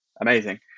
amazing